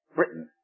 Britain